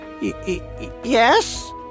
yes